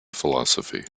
philosophy